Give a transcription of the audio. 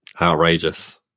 Outrageous